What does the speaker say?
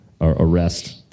arrest